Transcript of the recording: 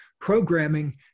programming